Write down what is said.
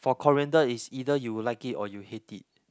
for coriander is either you like it or you hate it